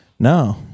No